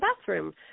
bathroom